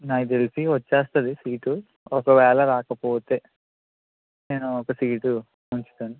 నాకు తెలిసి వచ్చేస్తుంది సీటు ఒకవేళ రాకపోతే నేను ఒక సీటు ఉంచుతాను